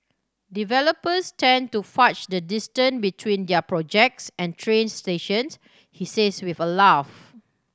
developers tend to fudge the distant between their projects and train stations he says with a laugh